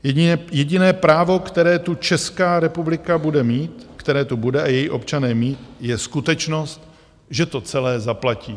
Jediné právo, které tu Česká republika bude mít, které tu bude a její občané mít, je skutečnost, že to celé zaplatí.